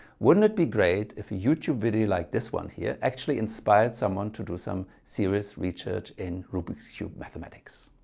wouldn't it be great if a youtube video like this one here actually inspired someone to do some serious research in rubik's cube mathematics.